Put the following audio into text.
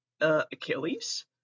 Achilles